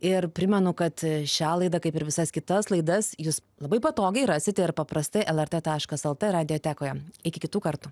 ir primenu kad šią laidą kaip ir visas kitas laidas jūs labai patogiai rasite ir paprastai lrt taškas lt radijotekoje iki kitų kartų